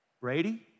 Brady